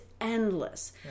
endless